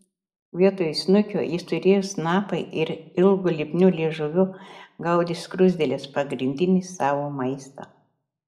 vietoj snukio jis turėjo snapą ir ilgu lipniu liežuviu gaudė skruzdėles pagrindinį savo maistą